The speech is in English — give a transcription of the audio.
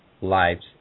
lives